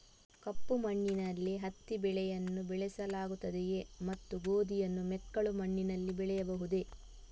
ಕಪ್ಪು ಮಣ್ಣಿನಲ್ಲಿ ಹತ್ತಿ ಬೆಳೆಯನ್ನು ಬೆಳೆಸಲಾಗುತ್ತದೆಯೇ ಮತ್ತು ಗೋಧಿಯನ್ನು ಮೆಕ್ಕಲು ಮಣ್ಣಿನಲ್ಲಿ ಬೆಳೆಯಬಹುದೇ?